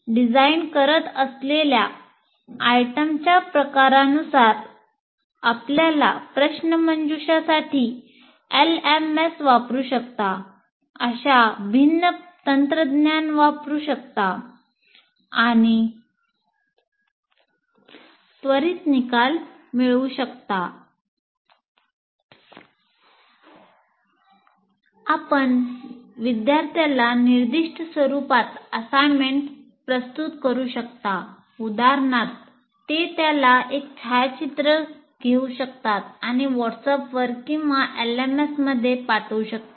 आपण डिझाइन करत असलेल्या आयटमच्या प्रकारानुसार आपल्याला प्रश्नमंजुषासाठी एलएमएस पाठवू शकतात